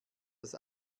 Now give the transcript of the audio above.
das